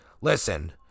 Listen